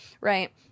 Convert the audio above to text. Right